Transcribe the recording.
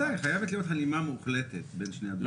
כדי להיות מועצה דתית מוסמכת צריך לעמוד במספר כללים,